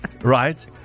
Right